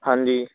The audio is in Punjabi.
ਹਾਂਜੀ